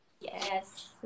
yes